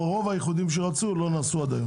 רוב האיחודים שרצו לא נעשו עד היום.